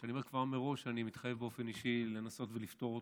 ואני כבר אומר מראש שאני מתחייב באופן אישי לנסות לפתור אותו.